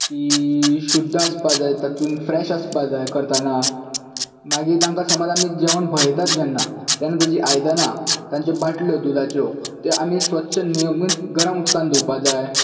ती शुध्द आसपाक जाय तातूंत फ्रॅश आसपाक जाय करताना मागीर तांकां समज आमी जेवण भरयतात जेन्ना तेन्ना तांची आयदानां तांची बाटल्यो दुदाच्यो ते आमी स्वच्छ नियमीत गरम उदकान धुवपाक जाय